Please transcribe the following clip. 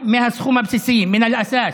מהסכום הבסיסי, (אומר בערבית: מהבסיס.)